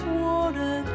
water